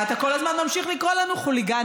ואתה כל הזמן ממשיך לקרוא לנו חוליגניות,